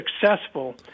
successful